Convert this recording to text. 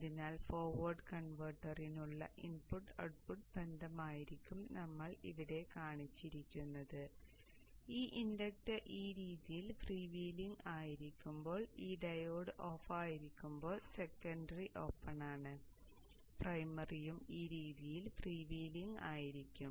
അതിനാൽ ഫോർവേഡ് കൺവെർട്ടറിനുള്ള input output ബന്ധമായിരിക്കും നമ്മൾ ഇവിടെ കാണിച്ചിരിക്കുന്നത് ഈ ഇൻഡക്ടർ ഈ രീതിയിൽ ഫ്രീ വീലിംഗ് ആയിരിക്കുമ്പോൾ ഈ ഡയോഡ് ഓഫായിരിക്കുമ്പോൾ സെക്കണ്ടറി ഓപ്പൺ ആണ് പ്രൈമറിയും ഈ രീതിയിൽ ഫ്രീ വീലിംഗ് ആയിരിക്കും